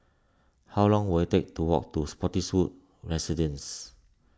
how long will it take to walk to Spottiswoode Residences